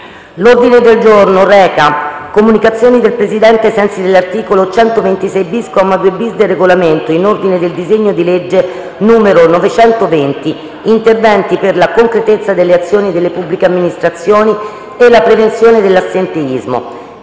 L’ordine del giorno reca comunicazioni del Presidente, ai sensi dell’articolo 126-bis, comma 2-bis, del Regolamento, in ordine al disegno di legge n. 920 recante: «Interventi per la concretezza delle azioni delle pubbliche amministrazioni e la prevenzione dell’assenteismo»,